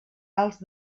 alts